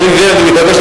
חבר הכנסת